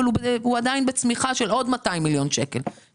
אבל הוא בכל זאת צמח בעוד 200 מיליון שקל מאשתקד,